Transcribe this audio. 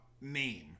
name